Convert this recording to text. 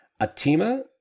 Atima